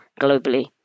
globally